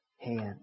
hand